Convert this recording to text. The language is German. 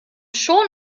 schon